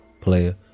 player